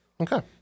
okay